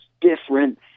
different